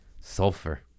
Sulfur